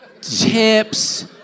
Tips